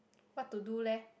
what to do leh